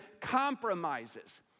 compromises